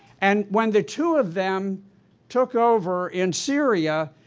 and when the two of them took over in syria,